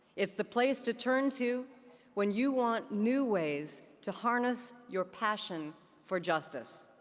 it's the place to turn to when you want new ways to harness your passion for justice.